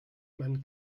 man